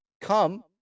come